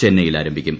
ചെന്നൈയിൽ ആരംഭിക്കും